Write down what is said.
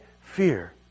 fear